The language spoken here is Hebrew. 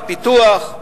בפיתוח.